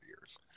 years